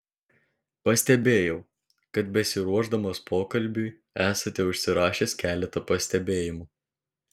pastebėjau kad besiruošdamas pokalbiui esate užsirašęs keletą pastebėjimų